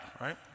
right